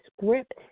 script